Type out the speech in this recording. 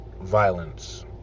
violence